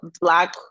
black